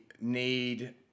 need